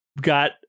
got